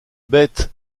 bête